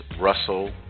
Russell